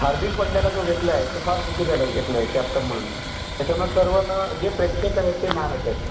हार्दिक पंड्याला जो घेतला आहे तो फार चुकीच्याला घेतला आहे कॅप्टन म्हणून त्याच्यामुळं सर्व जे प्रेक्षक आहेत ते नाराज आहेत